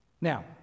Now